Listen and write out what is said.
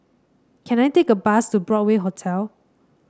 can I take a bus to Broadway Hotel